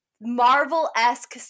Marvel-esque